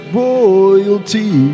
royalty